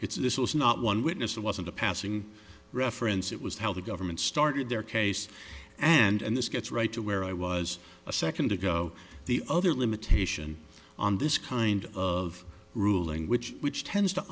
was not one witness it wasn't a passing reference it was how the government started their case and this gets right to where i was a second ago the other limitation on this kind of ruling which which tends to